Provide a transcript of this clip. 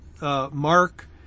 mark